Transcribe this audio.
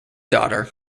daughter